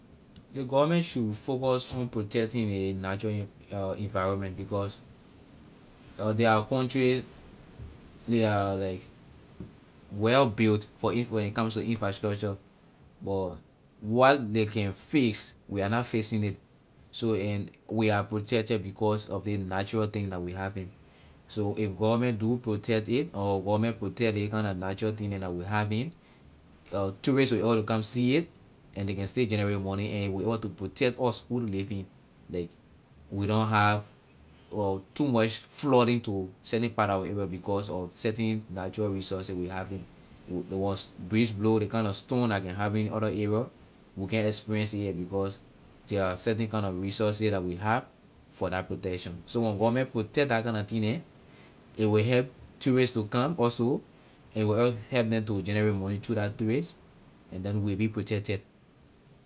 Ley government should focus on protecting ley natural en- environment because the are countries they are like well built for in- for infrastructure but what ley can face we are na facing it so and we are protected because of ley natural thing la we having so if government do protect it or when government protect ley kind na natural thing neh la we having tourist will able to come see it and ley can still generate money and it will able to protect us who living like we don't have too much flooding to certain part of our area because of certian natural resources we having breeze blow ley kind na storm la can happen in other area we can't experience it here because there are certain kind na resources la we have for la protection so when government protect la kind na thing neh it will tourist to come also and a will help them to generate money through la tourist and then we will be protected.